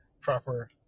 proper